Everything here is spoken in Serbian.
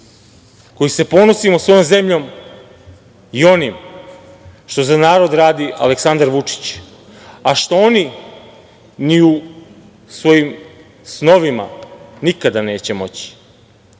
koji se ponosimo svojom zemljom i onim što za narod radi Aleksandar Vučić, a što oni ni u svojim snovima nikada neće moći. Jedan